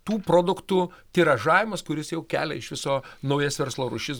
tų produktų tiražavimas kuris jau kelia iš viso naujas verslo rūšis